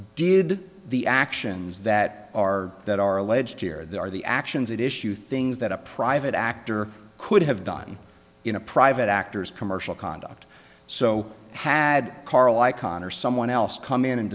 did the actions that are that are alleged here they are the actions that issue things that a private actor could have done in a private actors commercial conduct so had carl icahn or someone else come in and